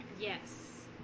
Yes